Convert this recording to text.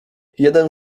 jeden